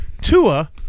Tua